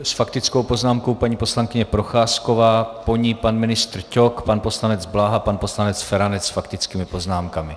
S faktickou poznámkou paní poslankyně Procházková, po ní pan ministr Ťok, pan poslanec Bláha, pan poslanec Feranec s faktickými poznámkami.